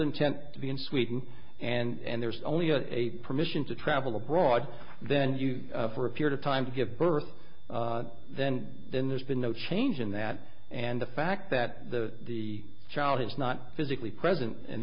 intent to be in sweden and there's only a permission to travel abroad then you for a period of time to give birth then then there's been no change in that and the fact that the the child is not physically present and